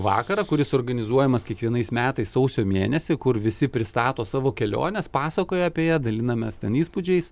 vakarą kuris organizuojamas kiekvienais metais sausio mėnesį kur visi pristato savo keliones pasakoja apie ją dalinamės ten įspūdžiais